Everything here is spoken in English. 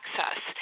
access